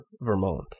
Vermont